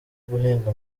guhinga